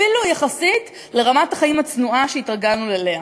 אפילו יחסית לרמת החיים הצנועה שהתרגלנו אליה.